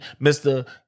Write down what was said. Mr